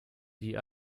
wie